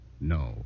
No